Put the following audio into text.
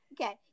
Okay